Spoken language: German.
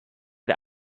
der